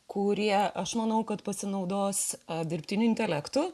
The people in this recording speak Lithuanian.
kurie aš manau kad pasinaudos dirbtiniu intelektu